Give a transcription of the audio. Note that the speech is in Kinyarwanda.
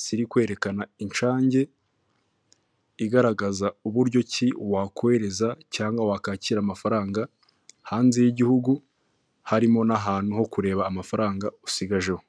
ziri kwerekana inshange igaragaza uburyo ki wakohereza cyangwa wakakira amafaranga hanze y'igihugu harimo n'ahantu ho kureba amafaranga usigajeho.